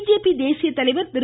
BJP தேசிய தலைவர் திரு